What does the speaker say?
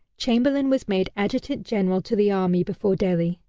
chamberlain was made adjutant general to the army before delhi,